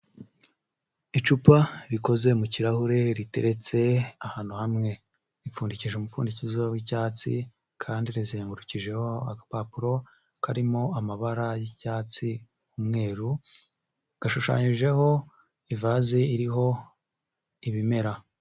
Icupa rikoze mu kirahure riteretse ahantu hamwe, ripfundikije umupfundikizo w'icyatsi kandi rizengurukijeho agapapuro karimo amabara y'icyatsi, umweruru, gashushanyijeho ivase iriho ibimera.